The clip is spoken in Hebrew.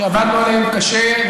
שעבדנו עליהם קשה,